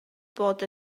bod